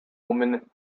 woman